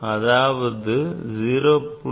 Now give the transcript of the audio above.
அதாவது 0